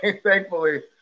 thankfully